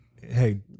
Hey